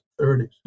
30s